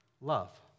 love